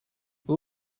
what